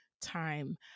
time